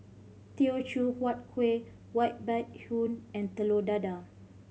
Teochew Huat Kueh white hoon and Telur Dadah